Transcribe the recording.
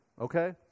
Okay